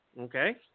Okay